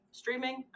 streaming